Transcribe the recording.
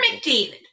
McDavid